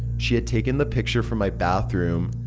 she had taken the picture from my bathroom.